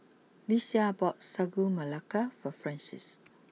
Lesia bought Sagu Melaka for Francies